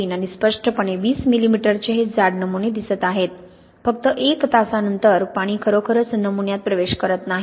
3 आणि स्पष्टपणे 20 मिलिमीटरचे हे जाड नमुने दिसत आहेत फक्त एक दिवसानंतर पाणी खरोखरच नमुन्यात प्रवेश करत नाही